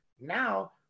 now